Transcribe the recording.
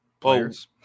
Players